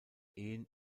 ehen